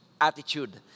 attitude